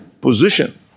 position